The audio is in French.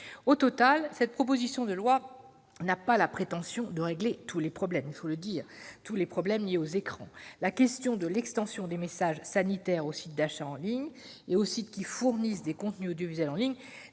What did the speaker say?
Au total, la présente proposition de loi n'a pas la prétention de régler tous les problèmes liés aux écrans. La question de l'extension des messages sanitaires aux sites d'achat en ligne et aux sites qui fournissent des contenus audiovisuels en ligne